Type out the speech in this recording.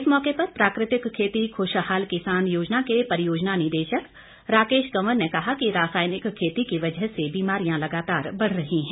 इस मौके पर प्राकृतिक खेती खुशहाल किसान योजना के परियोजना निदेशक राकेश कंवर ने कहा कि रासायनिक खेती की वजह से बीमारियां लगातार बढ़ रही है